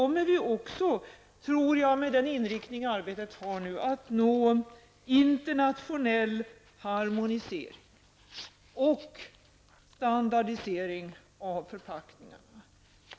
Med den inriktning som arbetet nu har tror jag också att vi då uppnår en internationell harmonisering och standardisering av förpackningarna.